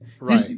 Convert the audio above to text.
right